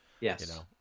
Yes